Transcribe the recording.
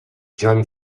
jean